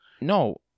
no